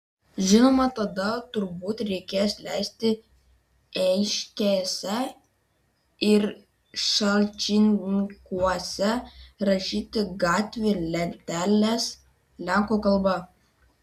žinoma tada turbūt reikės leisti eišiškėse ir šalčininkuose rašyti gatvių lenteles lenkų kalba